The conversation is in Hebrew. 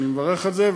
אני מברך על זה.